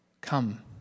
Come